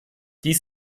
dies